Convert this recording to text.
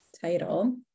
title